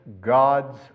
God's